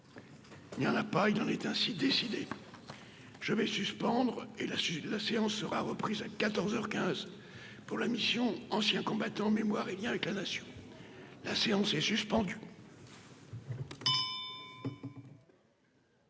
Il y en a pas, il aurait ainsi décidé, je vais suspendre et la Suisse, la séance sera reprise à 14 heures 15 pour la mission Anciens combattants, mémoire et Liens avec la nation, la séance est suspendue.